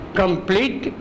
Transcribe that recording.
complete